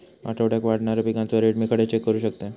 आठवड्याक वाढणारो पिकांचो रेट मी खडे चेक करू शकतय?